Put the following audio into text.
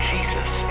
Jesus